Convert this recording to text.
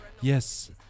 yes